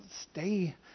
stay